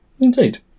Indeed